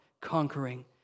conquering